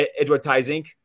Advertising